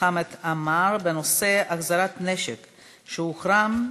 חמד עמאר בנושא: החזרת נשק שהוחרם.